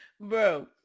bro